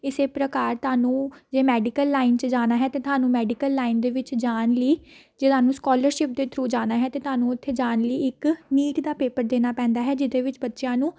ਇਸੇ ਪ੍ਰਕਾਰ ਤੁਹਾਨੂੰ ਜੇ ਮੈਡੀਕਲ ਲਾਈਨ 'ਚ ਜਾਣਾ ਹੈ ਤਾਂ ਤੁਹਾਨੂੰ ਮੈਡੀਕਲ ਲਾਈਨ ਦੇ ਵਿੱਚ ਜਾਣ ਲਈ ਜੇ ਤੁਹਾਨੂੰ ਸਕੋਲਰਸ਼ਿਪ ਦੇ ਥਰੂ ਜਾਣਾ ਹੈ ਤਾਂ ਤੁਹਾਨੂੰ ਉੱਥੇ ਜਾਣ ਲਈ ਇੱਕ ਨੀਟ ਦਾ ਪੇਪਰ ਦੇਣਾ ਪੈਂਦਾ ਹੈ ਜਿਹਦੇ ਵਿੱਚ ਬੱਚਿਆਂ ਨੂੰ